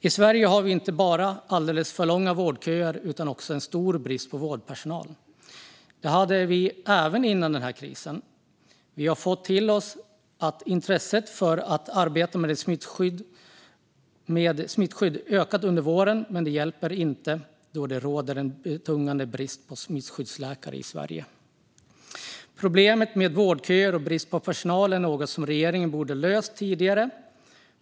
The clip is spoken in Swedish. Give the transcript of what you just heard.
I Sverige har vi inte bara alldeles för långa vårdköer utan också stor brist på vårdpersonal. Det hade vi även före denna kris. Vi har sett att intresset för att arbeta med smittskydd ökat under våren, men det hjälper inte då det råder en betungande brist på smittskyddsläkare i Sverige. Problemet med vårdköer och brist på personal är något som regeringen borde ha löst tidigare.